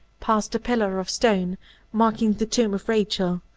past the pillar of stone marking the tomb of rachel,